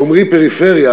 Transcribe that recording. באומרי "פריפריה",